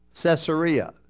Caesarea